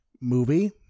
movie